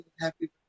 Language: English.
happy